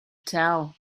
tell